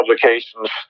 publications